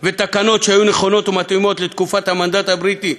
שהיו נכונות ומתאימות למצב בתקופת המנדט הבריטי,